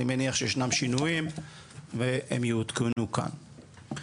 אני מניח שישנם שינויים והם יעודכנו כאן.